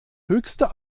höchste